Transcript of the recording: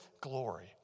glory